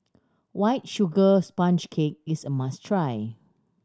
White Sugar Sponge Cake is a must try